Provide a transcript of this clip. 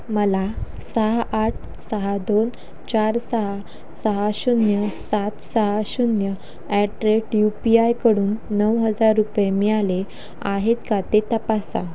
मला सहा आठ सहा दोन चार सहा सहा शून्य सात सहा शून्य ॲट रेट यू पी आयकडून नऊ हजार रुपये मिळाले आहेत का ते तपासा